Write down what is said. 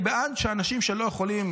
אני בעד שאנשים שלא יכולים